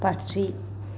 പക്ഷി